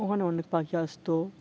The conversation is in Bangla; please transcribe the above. ওখানে অনেক পাখি আসতো